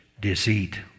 deceit